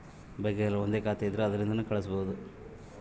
ನಮಗೆ ಬೇಕೆಂದೋರಿಗೆ ರೋಕ್ಕಾ ಕಳಿಸಬೇಕು ಅಂದ್ರೆ ಇನ್ನೊಂದ್ಸಲ ಖಾತೆ ತಿಗಿಬಹ್ದ್ನೋಡು